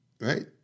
right